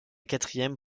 quatrième